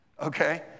Okay